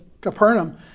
Capernaum